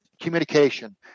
communication